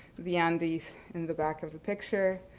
the andes in the back of the picture.